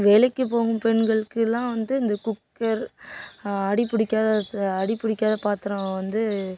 வேலைக்கு போகும் பெண்களுக்கெலாம் வந்து இந்த குக்கர் அடி பிடிக்காத அடி பிடிக்காத பாத்திரம் வந்து